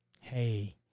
hey